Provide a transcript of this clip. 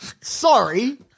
Sorry